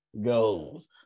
goes